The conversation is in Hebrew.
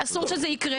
אסור שזה יקרה.